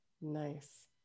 nice